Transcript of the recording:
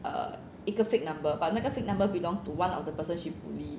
err 一个 fake number but 那个 fake number belongs to one of the person she bully